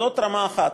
זאת רמה אחת